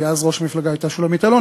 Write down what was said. כי אז ראש המפלגה הייתה שולמית אלוני,